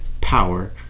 power